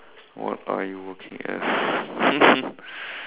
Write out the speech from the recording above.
what are you working as